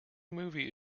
movie